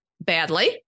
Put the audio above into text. badly